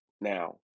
now